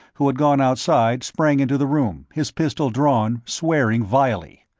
who had gone outside, sprang into the room, his pistol drawn, swearing vilely.